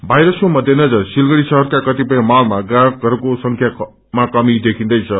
वायरसको मध्यनजर सिलगड़ी शहरका कतिपय मलमा ग्राकहरूको संख्या कमी देखिंदैछ